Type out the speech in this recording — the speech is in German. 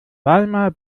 weimar